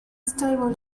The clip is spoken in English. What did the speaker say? stable